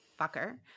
Fucker